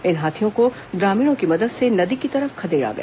इन हाथियों को ग्रामीणों की मदद से नदी की तरफ खदेड़ा गया